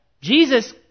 Jesus